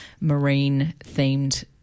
marine-themed